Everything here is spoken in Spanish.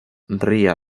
ría